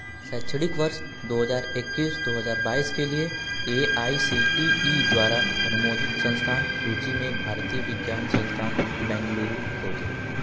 शैक्षणिक वर्ष दो हज़ार इक्कीस दो हज़ार बाईस के लिए A I C T E द्वारा अनुमोदित संस्थान सूची में भारतीय विज्ञान संस्थान बेंगलुरु खोजें